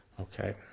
Okay